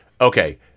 okay